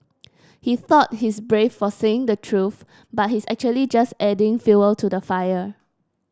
he thought he's brave for saying the truth but he's actually just adding fuel to the fire